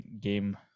game